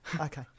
okay